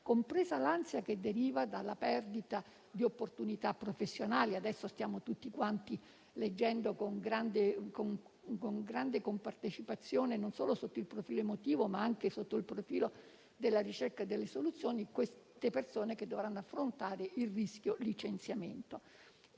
compresa l'ansia provocata dalla perdita di opportunità professionali. Adesso stiamo tutti leggendo, con grande compartecipazione, non solo sotto il profilo emotivo, ma anche sotto quello della ricerca di soluzioni, notizie di persone che dovranno affrontare il rischio licenziamento.